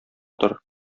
тор